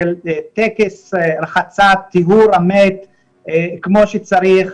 טקס רחצת וטיהור המת כמו שצריך,